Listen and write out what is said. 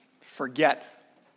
forget